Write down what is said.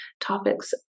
Topics